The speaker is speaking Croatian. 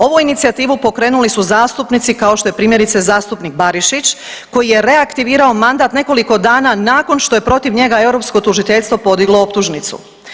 Ovu inicijativu pokrenuli su zastupnici kao što je primjerice zastupnik Barišić koji je reaktivirao mandat nekoliko dana nakon što je protiv njega europsko tužiteljstvo podiglo optužnicu.